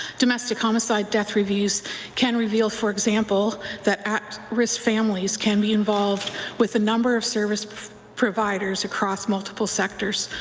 domestic homicide death reviews can reveal, for example, that at risk families can be involved with the number of service providers across multiple sectors.